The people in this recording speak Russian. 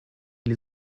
или